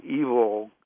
evil